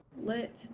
Lit